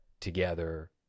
together